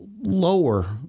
lower